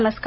नमस्कार